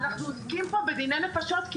אנחנו עוסקים פה בדיני נפשות.